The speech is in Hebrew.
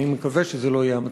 אני מקווה שזה לא יהיה מצב.